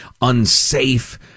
unsafe